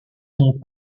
sont